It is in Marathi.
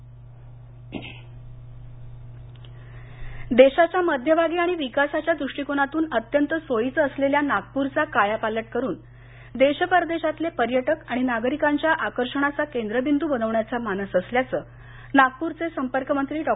नीतीन राऊत देशाच्या मध्यभागी आणि विकासाच्या दृष्टीकोनातून अत्यंत सोयीचे असलेल्या नागप्रचा कायापालट करून देश परदेशातले पर्यटक आणि नागरिकांच्या आकर्षणाचा केंद्र बिंदू बनवण्याचा मानस असल्याचं नागपूरचे संपर्क मंत्री डॉ